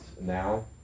now